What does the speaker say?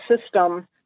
system